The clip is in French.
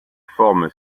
forme